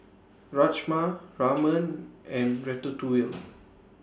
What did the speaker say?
Rajma Ramen and Ratatouille